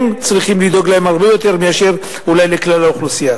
להם צריכים לדאוג הרבה יותר מאשר לכלל האוכלוסייה.